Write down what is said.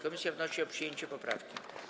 Komisja wnosi o przyjęcie poprawki.